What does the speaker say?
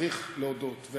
צריך להודות.